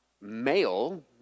male